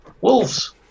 Wolves